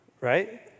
right